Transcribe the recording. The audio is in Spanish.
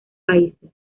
países